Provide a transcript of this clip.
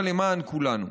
אבל למען כולנו.